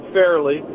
fairly